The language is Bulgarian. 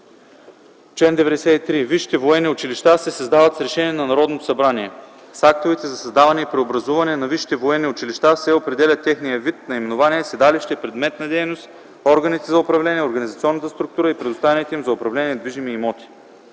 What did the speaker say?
93. (1) Висшите военни училища се създават с решение на Народното събрание. (2) С актовете за създаване или преобразуване на висшите военни училища се определят техният вид, наименование, седалище, предмет на дейност, органите за управление, организационната структура и предоставените им за управление недвижими имоти.